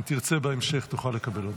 אם תרצה בהמשך, תוכל לקבל עוד.